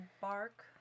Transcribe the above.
bark